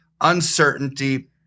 uncertainty